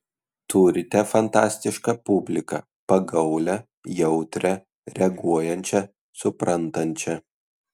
turite fantastišką publiką pagaulią jautrią reaguojančią suprantančią